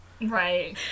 Right